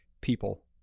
people